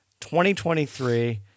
2023